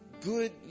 good